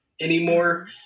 anymore